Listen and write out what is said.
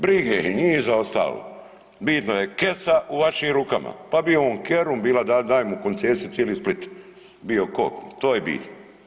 Brige njih za ostalo, bitno je kesa u vašim rukama, pa bio on Kerum, bila, daj mu koncesiju cijeli Split, bio ko, to je bitno.